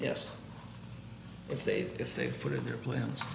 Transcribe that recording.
yes if they if they put in their plans